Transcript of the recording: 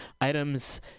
items